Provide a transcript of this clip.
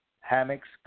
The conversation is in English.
Hammocks